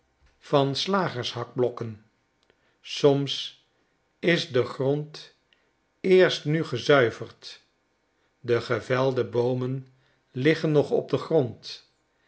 van slagers hakblokken soms is de grond eerst nu gezuiverd de gevelde boomen liggen nog op den grond